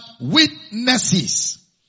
witnesses